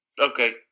Okay